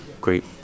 great